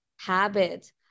habit